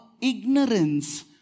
ignorance